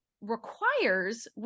requires